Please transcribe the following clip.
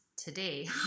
today